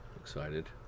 Excited